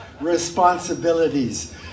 responsibilities